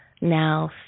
now